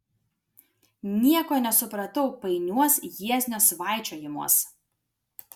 nieko nesupratau painiuos jieznio svaičiojimuos